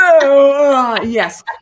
Yes